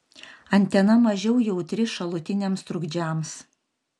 antena mažiau jautri šalutiniams trukdžiams